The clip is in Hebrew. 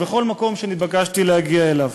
ובכל מקום שנתבקשתי להגיע אליו.